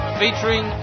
featuring